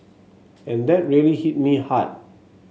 and that really hit me hard